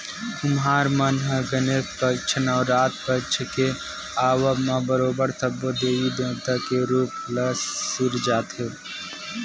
कुम्हार मन ह गनेस पक्छ, नवरात पक्छ के आवब म बरोबर सब्बो देवी देवता के रुप ल सिरजाथे